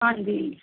ਹਾਂਜੀ